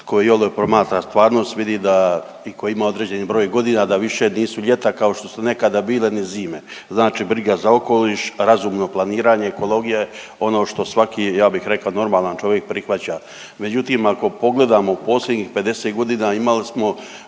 tko iole promatra stvarnost vidi da i koji ima određeni broj godina da višu ljeta kao što su nekada bile, ni zime, znači briga za okoliš, razumno planiranje ekologije je ono što svaki ja bih rekao normalan čovjek prihvaća. Međutim, ako pogledamo posljednjih 50 godina imali smo